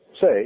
Say